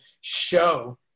show